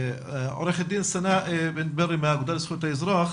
עורכת דין סנא אבן ברי מהאגודה לזכויות האזרח